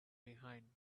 behind